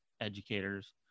educators